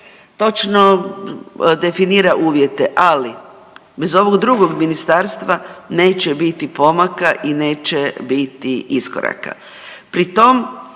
Točno definira uvjete, ali bez ovog drugog ministarstva neće biti pomaka i neće biti iskoraka.